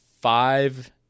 five